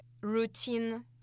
routine